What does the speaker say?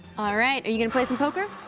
alright, are you gonna play some poker?